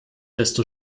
desto